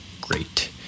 Great